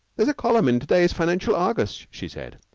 there's a column in to-day's financial argus, she said,